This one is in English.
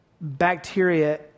bacteria